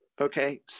Okay